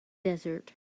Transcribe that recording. desert